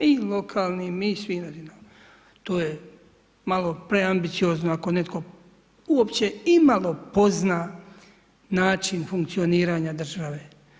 I lokalnim i svim, to je malo preambiciozno, ako netko uopće imalo pozna način funkcioniranje države.